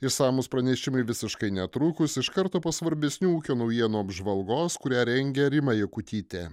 išsamūs pranešimai visiškai netrukus iš karto po svarbesnių ūkio naujienų apžvalgos kurią rengė rima jakutytė